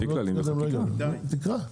תקרא,